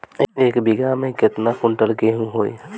एक बीगहा में केतना कुंटल गेहूं होई?